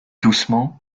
doucement